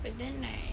but then like